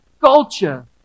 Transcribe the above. culture